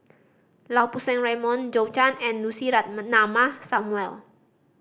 Lau Poo Seng Raymond Zhou Can and Lucy Samuel